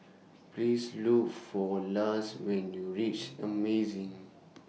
Please Look For Lars when YOU REACH Amazing